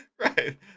Right